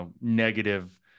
negative